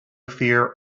fear